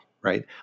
right